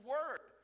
Word